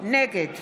נגד